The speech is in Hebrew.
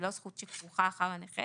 היא לא זכות שכרוכה אחר הנכה